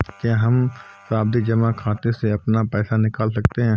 क्या हम सावधि जमा खाते से अपना पैसा निकाल सकते हैं?